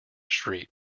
street